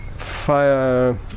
fire